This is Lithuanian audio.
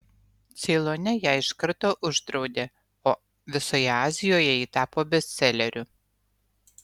ceilone ją iš karto uždraudė o visoje azijoje ji tapo bestseleriu